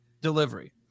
delivery